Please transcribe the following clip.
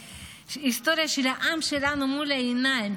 ההיסטוריה של העם שלנו מול העיניים,